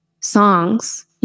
songs